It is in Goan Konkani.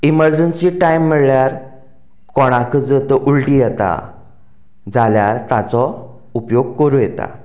इमरजंसी टायम म्हळ्यार कोणाक जर तर उल्टी येता जाल्यार ताचो उपयोग करूं येता